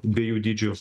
dviejų dydžių